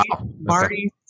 Marty